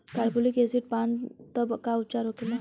Carbolic acid पान तब का उपचार होखेला?